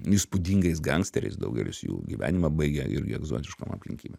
įspūdingais gangsteriais daugelis jų gyvenimą baigė irgi egzotiškom aplinkybėm